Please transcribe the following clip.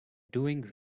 doing